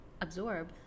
absorb